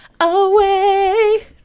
away